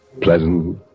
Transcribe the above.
Pleasant